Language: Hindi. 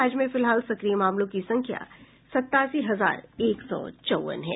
राज्य में फिलहाल सक्रिय मामलों की संख्या सतासी हजार एक सौ चौंवन है